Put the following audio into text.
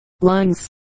lungs